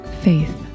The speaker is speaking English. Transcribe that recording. Faith